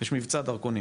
יש מצבע דרכונים